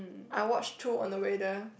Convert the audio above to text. I watch two on the way there